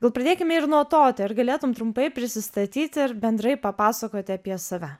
gal pradėkime ir nuo to ar galėtum trumpai prisistatyti ir bendrai papasakoti apie save